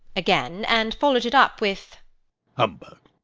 again and followed it up with humbug.